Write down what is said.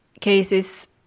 cases